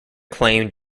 claimed